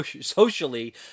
socially